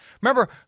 remember